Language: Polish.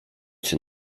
się